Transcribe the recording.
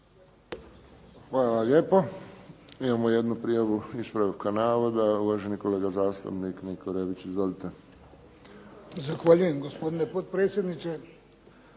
Hvala lijepo. Imamo jednu prijavu ispravka navoda, uvaženi kolega zastupnik Niko Rebić. Izvolite. **Rebić, Niko (HDZ)** Zahvaljujem gospodine potpredsjedniče.